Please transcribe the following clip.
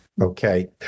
Okay